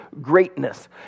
greatness